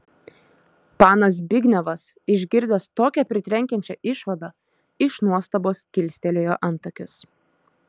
panas zbignevas išgirdęs tokią pritrenkiančią išvadą iš nuostabos kilstelėjo antakius